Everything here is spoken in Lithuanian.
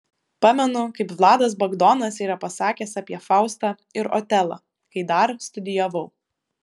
pamenu kaip vladas bagdonas yra pasakęs apie faustą ir otelą kai dar studijavau